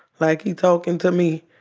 like he talking to me.